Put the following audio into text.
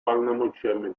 полномочиями